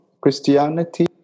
Christianity